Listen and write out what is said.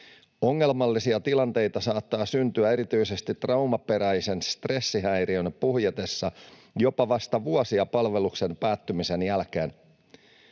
Ongelmallisia tilanteita saattaa syntyä erityisesti traumaperäisen stressihäiriön puhjetessa jopa vasta vuosia palveluksen päättymisen jälkeen.